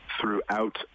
throughout